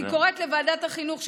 אני קוראת לוועדת החינוך,